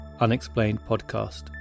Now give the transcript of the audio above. unexplainedpodcast